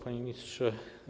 Panie Ministrze!